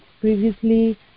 previously